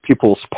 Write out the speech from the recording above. people's